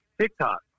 TikTok